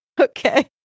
Okay